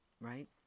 Right